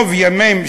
שובל של אומללות,